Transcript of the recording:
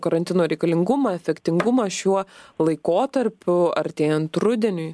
karantino reikalingumą efektingumą šiuo laikotarpiu artėjant rudeniui